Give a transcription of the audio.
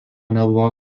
nebuvo